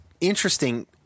interesting